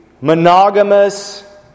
monogamous